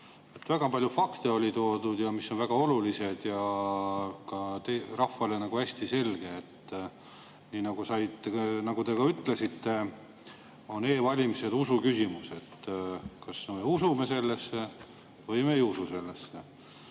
Väga palju fakte on toodud, mis on väga olulised ja ka rahvale hästi selged. Nagu te ka ütlesite, on e‑valimised usuküsimus, me kas usume neisse või me ei usu neisse.